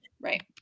right